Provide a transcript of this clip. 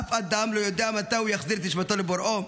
אף אדם לא יודע מתי הוא יחזיר את נשמתו לבוראו,